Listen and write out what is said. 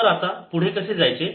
तर आता पुढे कसे जायचे